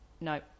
No